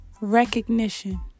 recognition